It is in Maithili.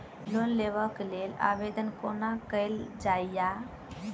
लोन लेबऽ कऽ लेल आवेदन कोना कैल जाइया?